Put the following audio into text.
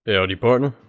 howdy partner,